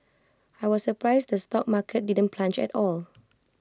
I was surprised the stock market didn't plunge at all